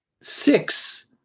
six